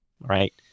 right